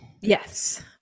Yes